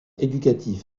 éducatif